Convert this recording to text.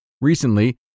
Recently